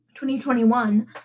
2021